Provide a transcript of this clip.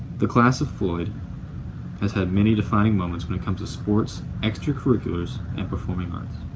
the class of floyd has had many defining moments when it comes to sports, extracurriculars, and performing arts.